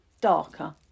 darker